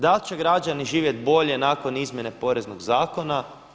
Dal će građani živjeti bolje nakon izmjene poreznog zakona?